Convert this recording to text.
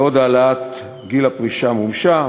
בעוד העלאת גיל הפרישה מומשה,